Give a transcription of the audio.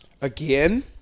Again